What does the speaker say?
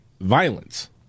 violence